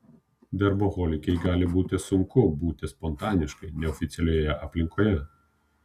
darboholikei gali būti sunku būti spontaniškai neoficialioje aplinkoje